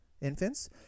infants